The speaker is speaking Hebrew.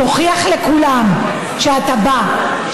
תוכיח לכולם שאתה בא,